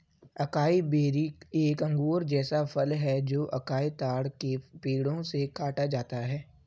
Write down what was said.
acai berry एक अंगूर जैसा फल है जो अकाई ताड़ के पेड़ों से काटा जाता है